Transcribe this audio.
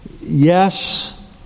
yes